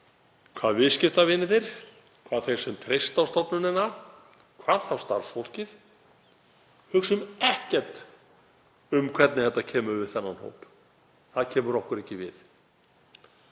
um viðskiptavinina, þá sem treysta á stofnunina, hvað þá starfsfólkið, hugsum ekkert um hvernig þetta kemur við þennan hóp. Það kemur okkur ekki við.